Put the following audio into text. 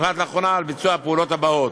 הוחלט לאחרונה על ביצוע הפעולות הבאות: